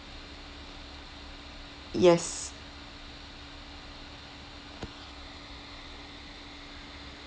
yes